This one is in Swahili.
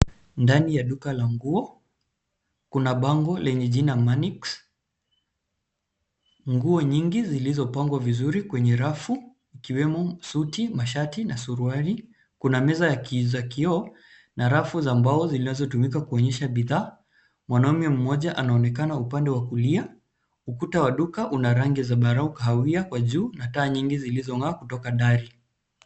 Ndani ya duka la nguo kuna bango lenye jina MANIX. Nguo nyingi zilizopangwa vizuri kwenye rafu ikiwemo suti, mashati na suruali. Kuna meza za kioo na rafu za mbao zinazotumika kuonyesha bidhaa. Mwanaume mmoja anaonekana upande wa kulia. Ukuta wa duka una rangi zambarau, kahawia kwa juu na taa nyingi zilizong'aa kutoka dari.